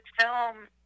film